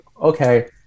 okay